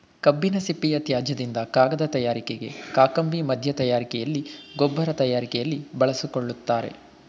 ಕಬ್ಬಿನ ಸಿಪ್ಪೆಯ ತ್ಯಾಜ್ಯದಿಂದ ಕಾಗದ ತಯಾರಿಕೆಗೆ, ಕಾಕಂಬಿ ಮಧ್ಯ ತಯಾರಿಕೆಯಲ್ಲಿ, ಗೊಬ್ಬರ ತಯಾರಿಕೆಯಲ್ಲಿ ಬಳಸಿಕೊಳ್ಳುತ್ತಾರೆ